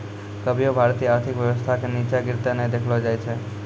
कभियो भारतीय आर्थिक व्यवस्था के नींचा गिरते नै देखलो जाय छै